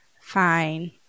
Fine